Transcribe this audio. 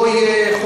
לא יהיה.